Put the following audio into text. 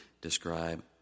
describe